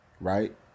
right